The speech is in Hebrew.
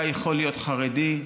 אתה יכול להיות חרדי,